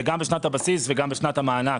זה גם בשנת הבסיס וגם בשנת המענק.